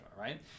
right